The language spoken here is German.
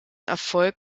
erfolg